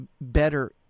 better